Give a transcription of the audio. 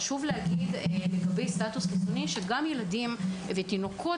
חשוב להגיד לגבי סטאטוס רפואי שגם ילדים ותינוקות